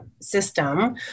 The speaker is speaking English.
system